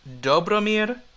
Dobromir